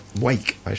wake